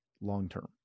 long-term